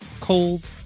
cold